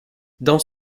dans